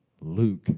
Luke